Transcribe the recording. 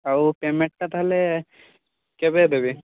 ଆଉ ପେମେଣ୍ଟ୍ଟା ତା'ହେଲେ କେବେ ଦେବି